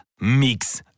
Mix